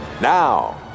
Now